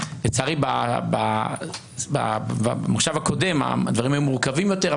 לצערי במושב הקודם הדברים היו מורכבים יותר.